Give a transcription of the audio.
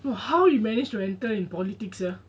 !wah! how he managed to enter in politics sia